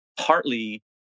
partly